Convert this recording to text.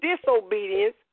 disobedience